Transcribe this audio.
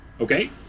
Okay